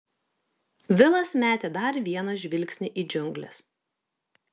vilas metė dar vieną žvilgsnį į džiungles